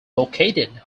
located